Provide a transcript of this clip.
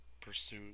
pursue